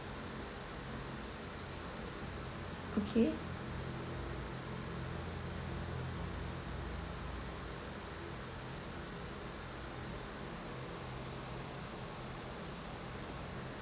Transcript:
okay